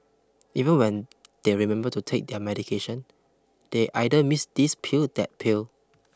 even when they remember to take their medication they either miss this pill that pill